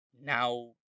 now